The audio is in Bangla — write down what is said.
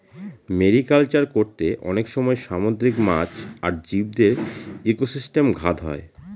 মেরিকালচার করতে অনেক সময় সামুদ্রিক মাছ আর জীবদের ইকোসিস্টেমে ঘাত হয়